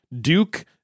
Duke